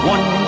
One